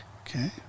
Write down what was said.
okay